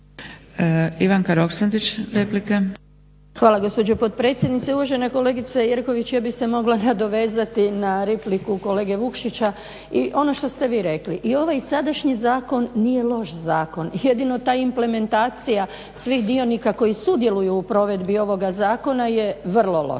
Hvala gospođo potpredsjednice. Uvažena kolegice Jerković, ja bih se mogla nadovezati na repliku kolege Vukšića i ono što ste vi rekli i ovaj i sadašnji zakon nije loš zakon jedino ta implementacija svih dionika koji sudjeluju u provedbi ovoga zakona je vrlo loša.